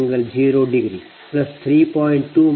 80